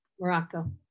Morocco